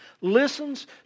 listens